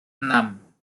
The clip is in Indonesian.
enam